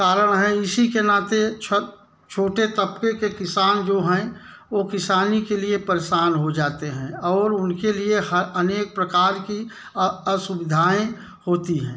कारण है इसी के नाते छ छोटे तबके के किसान जो हैं वो किसानी के लिए परेशान हो जाते हैं और उनके लिए हर अनेक प्रकार की असुविधाएँ होती है